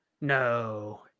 No